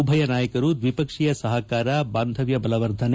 ಉಭಯ ನಾಯಕರು ದ್ವಿಪಕ್ಷೀಯ ಸಹಕಾರ ಬಾಂಧವ್ಯ ಬಲವರ್ಧನೆ